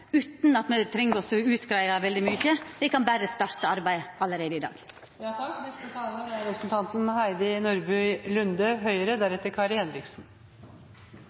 utan at me treng å greia ut så veldig mykje. Me kan berre starta arbeidet allereie i